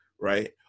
right